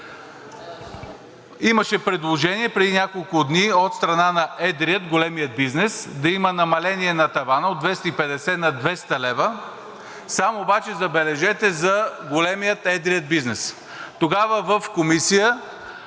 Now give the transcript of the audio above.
Имаше предложение преди няколко дни от страна на едрия, големия бизнес да има намаление на тавана – от 250 на 200 лв., само обаче, забележете, за големия, едрия бизнес. Тогава в Комисията